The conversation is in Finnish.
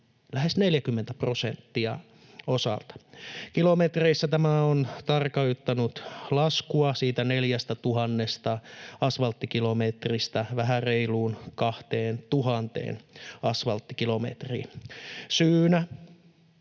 lähes 40 prosenttia, osalta. Kilometreissä tämä on tarkoittanut laskua siitä 4 000 asvalttikilometristä vähän reiluun 2 000 asvalttikilometriin — syynä